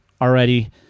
already